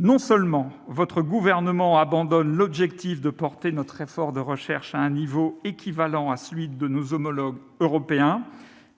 gouvernement auquel vous appartenez abandonne l'objectif de porter notre effort de recherche à un niveau équivalent à celui de nos homologues européens,